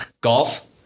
golf